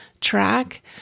track